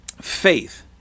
faith